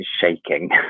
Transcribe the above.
shaking